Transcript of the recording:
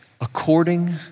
According